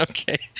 Okay